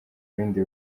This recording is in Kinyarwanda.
bindi